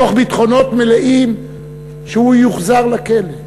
בביטחונות מלאים שהוא יוחזר לכלא.